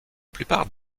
plupart